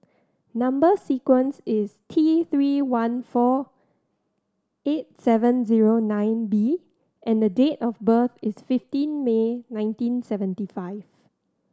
number sequence is T Three one four eight seven zero nine B and date of birth is fifteen May nineteen seventy five